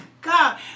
God